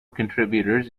contributors